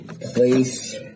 place